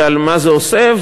ומה זה עושה,